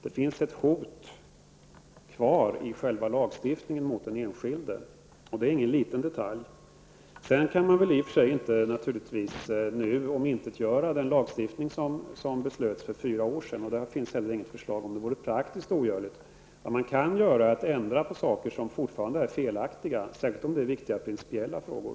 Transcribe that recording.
Det finns ett hot kvar i själva lagstiftningen mot den enskilde, och det är ingen liten detalj. Nu kan man i och för sig inte omintetgöra den lagstiftning som det fattades beslut om för fyra år sedan, och det finns heller inte något sådant förslag. Det vore praktiskt ogörligt. Man kan däremot ändra på saker som fortfarande är felaktiga, särskilt om de gäller viktiga principiella frågor.